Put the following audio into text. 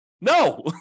No